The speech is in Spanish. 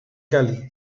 cali